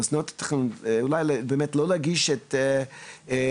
מוסדות התכנון על מנת שאולי באמת לא יגישו את המסקנות